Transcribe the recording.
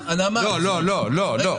לא, לא, לא.